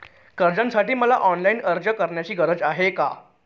कर्जासाठी मला ऑनलाईन अर्ज करण्याची गरज आहे का?